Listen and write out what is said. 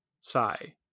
Sigh